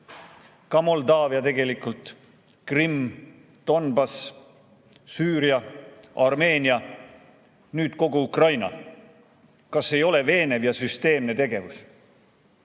ka Moldaavia tegelikult, Krimm, Donbass, Süüria, Armeenia, nüüd kogu Ukraina. Kas ei ole veenev ja süsteemne tegevus?